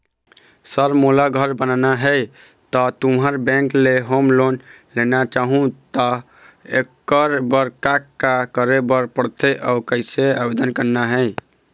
Sir मोला घर बनाना हे ता तुंहर बैंक ले होम लोन लेना चाहूँ ता एकर बर का का करे बर पड़थे अउ कइसे आवेदन करना हे?